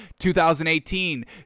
2018